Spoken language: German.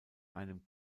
einem